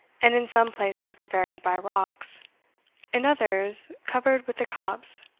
and in some places were varied by rocks in others covered with the copse,